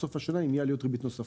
סוף השנה אם יהיו עליות ריבית נוספות.